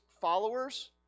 followers